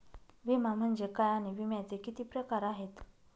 विमा म्हणजे काय आणि विम्याचे किती प्रकार आहेत?